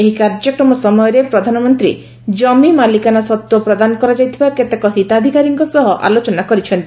ଏହି କାର୍ଯ୍ୟକ୍ରମ ସମୟରେ ପ୍ରଧାନମନ୍ତ୍ରୀ ଜମି ମାଲିକାନା ସତ୍ତ୍ୱ ପ୍ରଦାନ କରାଯାଇଥିବା କେତେକ ହିତାଧିକାରୀଙ୍କ ସହ ଆଲୋଚନା କରିଥିଲେ